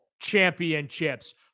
championships